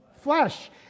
flesh